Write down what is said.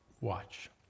watch